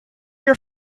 your